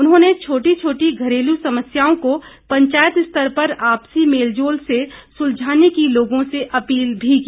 उन्होंने छोटी छोटी घरेलू समस्याओं को पंचायत स्तर पर आपसी मेल झोल से सुलझाने की लोगों से अपील भी की